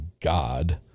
God